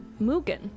Mugen